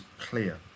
clear